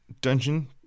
dungeon